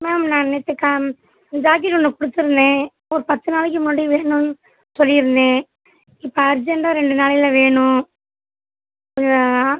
ma'am நான் நேற்று கா ஜாக்கெட் ஒன்று கொடுத்துருந்தேன் ஒரு பத்து நாளைக்கு முன்னாடி வேணும்னு சொல்லிருந்தேன் இப்போ அர்ஜெண்ட்டாக ரெண்டு நாளையில் வேணும் கொஞ்சம்